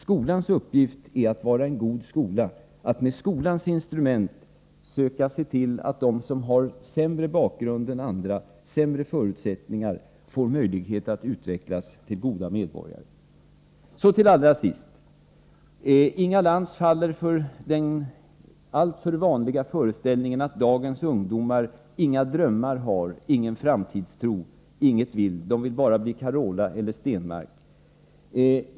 Skolans uppgift är att vara en god skola och att med skolans instrument söka se till att de som har sämre bakgrund och förutsättningar än andra får möjlighet att utvecklas till goda medborgare. Allra sist: Inga Lantz har den alltför vanliga föreställningen att dagens ungdomar inte har några drömmar och inte har någon framtidstro. Det enda de vill är att bli en ny Carola eller Stenmark.